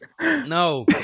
No